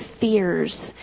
fears